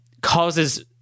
causes